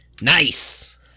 Nice